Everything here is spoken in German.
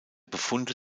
befunde